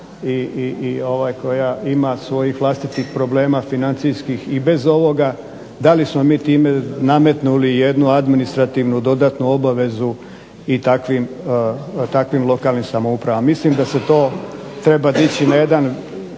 koja ima svojih vlastitih problema financijskih i bez ovoga da li smo mi time nametnuli jednu administrativnu dodatnu obavezu i takvim lokalnim samoupravama. Mislim da se to treba dići na jedan